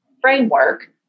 framework